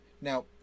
Now